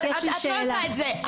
את לא עושה את זה.